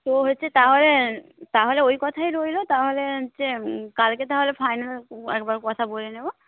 তো হচ্ছে তাহলে তাহলে ওই কথাই রইলো তাহলে হচ্ছে কালকে তাহলে ফাইনাল একবার কথা বলে নেবো